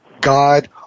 God